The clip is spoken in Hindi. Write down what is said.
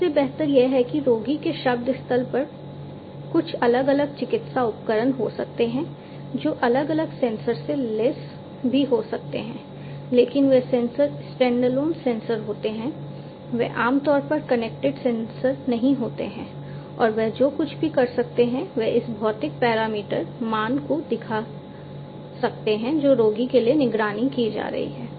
इससे बेहतर यह है कि रोगी के शब्द स्थल पर कुछ अलग अलग चिकित्सा उपकरण हो सकते हैं जो अलग अलग सेंसर से लैस भी हो सकते हैं लेकिन वे सेंसर स्टैंडअलोन सेंसर होते हैं वे आम तौर पर कनेक्टेड सेंसर नहीं होते हैं और वे जो कुछ भी कर सकते हैं वह उस भौतिक पैरामीटर मान को दिखा सकते हैं जो रोगी के लिए निगरानी की जा रही है